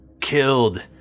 killed